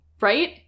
right